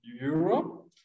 europe